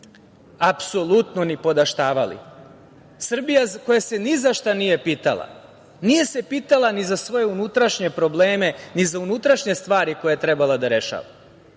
apsolutno nipodaštavali, Srbija koja se ni za šta nije pitala, nije se pitala ni za svoje unutrašnje probleme, ni za unutrašnje stvari koje je trebala da rešava,